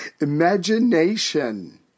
Imagination